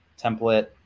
template